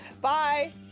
Bye